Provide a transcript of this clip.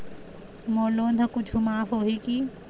मोर loan हा कुछू माफ होही की?